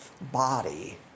body